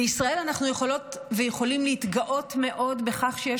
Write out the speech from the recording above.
בישראל אנחנו יכולות ויכולים להתגאות מאוד בכך שיש